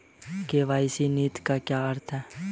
KYC नीति का क्या अर्थ है?